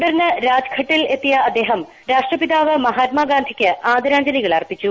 തുടർന്ന് രാജ്ഘട്ടിൽ എത്തിയ അദ്ദേഹം രാഷ്ട്രപിതാവ് മഹാത്മാഗാന്ധിക്ക് ആദരാഞ്ജലികൾ അർപ്പിച്ചു